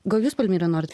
gal jūs palmyra norit